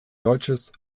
deutsches